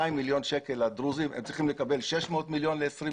מיליון שקל לדרוזים הם צריכים לקבל 600 מיליון ל-2020.